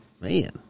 man